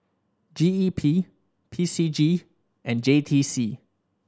G E P P C G and J T C